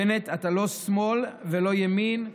בנט, אתה לא שמאל ולא ימין,